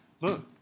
look